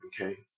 Okay